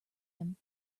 him